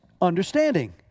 understanding